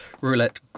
Roulette